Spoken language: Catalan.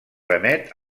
remet